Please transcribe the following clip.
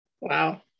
wow